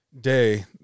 day